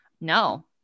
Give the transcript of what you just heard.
No